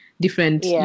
different